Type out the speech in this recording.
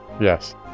Yes